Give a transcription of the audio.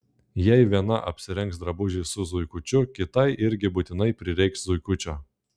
jei viena apsirengs drabužį su zuikučiu kitai irgi būtinai prireiks zuikučio